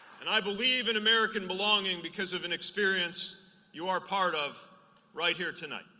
and i believe in american belong in because of an experience you are part of right here tonight.